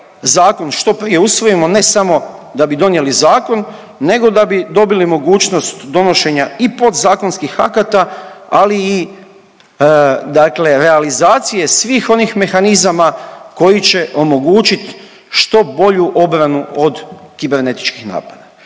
što prije usvojimo, ne samo da bi donijeli zakon, nego da bi dobili mogućnost donošenja i podzakonskih akata, ali i dakle realizacije svih onih mehanizama koji će omogućit što bolju obranu od kibernetičkih napada.